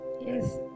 Yes